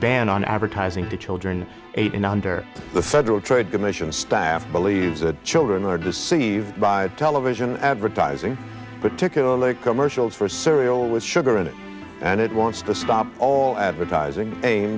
ban on advertising to children eight and under the central trade commission staff believes that children are deceived by telling it's an advertising particularly a commercial for cereal with sugar in it and it wants to stop all advertising a